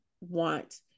want